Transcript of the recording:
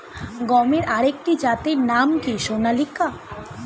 গমের আরেকটি জাতের নাম কি সোনালিকা?